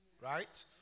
right